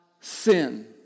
sin